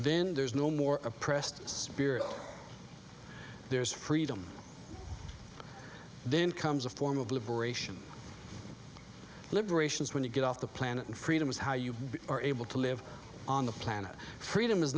then there's no more oppressed spirit there's freedom then comes a form of liberation liberations when you get off the planet and freedom is how you are able to live on the planet freedom is